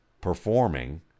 performing